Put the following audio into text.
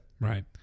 Right